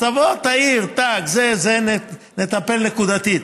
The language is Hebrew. אז תבוא, תעיר: זה וזה, נטפל נקודתית.